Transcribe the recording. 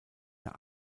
der